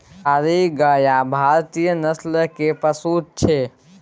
गीर गाय भारतीय नस्ल केर पशु छै